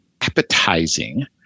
appetizing